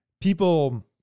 people